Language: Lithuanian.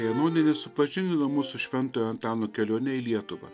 janonienė supažindino mus su šventojo antano kelione į lietuvą